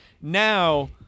now